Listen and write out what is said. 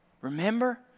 remember